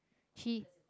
she